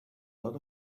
lot